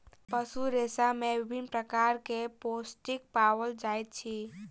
पशु रेशा में विभिन्न प्रकार के प्रोटीन पाओल जाइत अछि